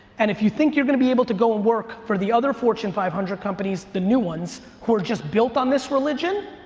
and if you think you're gonna be able to go and work for the other fortune five hundred companies, the new ones, who are just built on this religion,